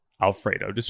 Alfredo